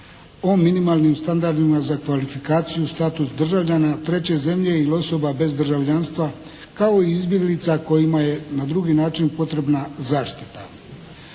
o minimalnim standardima za kvalifikaciju status državljana treće zemlje ili osoba bez državljanstva, kao i izbjeglica kojima je na drugi način potrebna zaštita.